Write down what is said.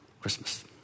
Christmas